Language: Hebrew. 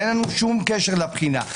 אבל אין לנו שום קשר לבחינה.